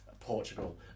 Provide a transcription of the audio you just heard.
Portugal